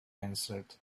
answered